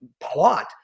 plot